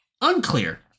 Unclear